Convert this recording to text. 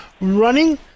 running